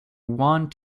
want